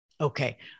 Okay